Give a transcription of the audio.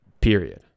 period